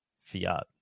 fiat